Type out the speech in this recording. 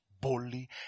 boldly